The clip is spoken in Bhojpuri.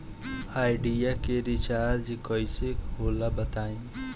आइडिया के रिचार्ज कइसे होला बताई?